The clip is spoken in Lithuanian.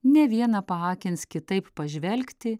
ne vieną paakins kitaip pažvelgti